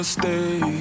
stay